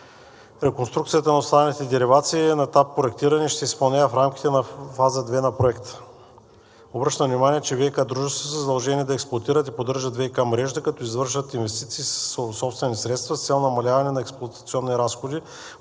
Реконструкцията на останалите деривации е на етап проектиране и ще се изпълнява в рамките на фаза 2 на проекта. Обръщам внимание, че ВиК дружества са задължени да експлоатират и поддържат ВиК мрежата, като извършат инвестиции със собствени средства с цел намаляване на експлоатационните разходи,